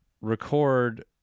record